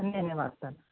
నేను వాడతాను